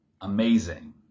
amazing